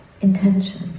intention